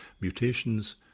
mutations